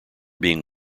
being